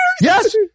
Yes